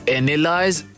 analyze